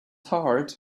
heart